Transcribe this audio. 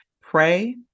pray